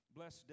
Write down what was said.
Bless